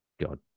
God